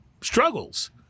struggles